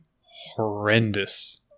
horrendous